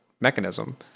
mechanism